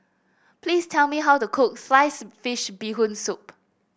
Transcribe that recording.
please tell me how to cook Sliced Fish Bee Hoon Soup